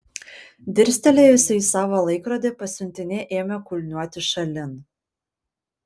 dirstelėjusi į savo laikrodį pasiuntinė ėmė kulniuoti šalin